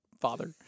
Father